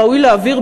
ראוי להבהיר,